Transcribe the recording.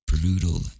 brutal